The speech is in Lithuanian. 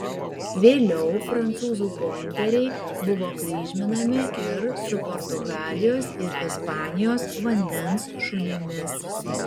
vėliau prancūzų pointeriai buvo kryžminami ir su portugalijos ir ispanijos vandens šunimis